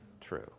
true